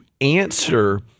answer